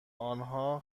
آنها